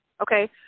okay